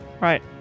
Right